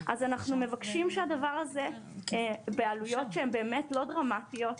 אז אנחנו מבקשים שהדבר הזה בעלויות שהן באמת לא דרמטיות,